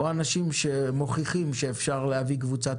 ובין אם זה אנשים שמוכיחים שאפשר להביא קבוצת